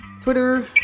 Twitter